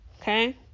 Okay